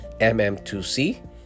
mm2c